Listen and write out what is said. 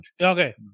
Okay